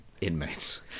inmates